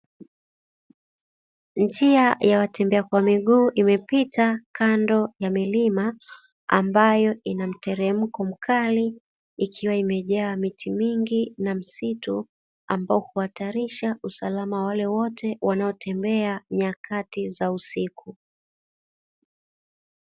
Njia ya watembea kwa miguu imepita kando ya milima ambayo inamteremko mkali, ikiwa imejaa miti mingi na msitu ambao uhatarisha usalama, wa wale wote wanaotembea nyakati za usiku.